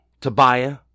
Tobiah